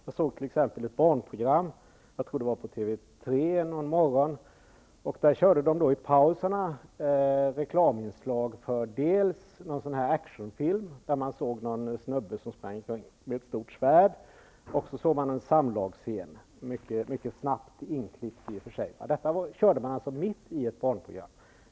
Jag såg t.ex. ett barnprogram -- jag tror det var på TV 3 en morgon -- och där körde man då i pauserna reklmaninslag för någon actionfilm, där det var en snubbe som sprang omkring med ett stort svärd, och så såg man en samlagsscen -- i och för sig så inklippt att den blev mycket snabb. Detta kördes alltså mitt i ett barnprogram.